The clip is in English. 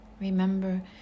Remember